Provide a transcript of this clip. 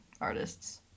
artists